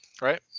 right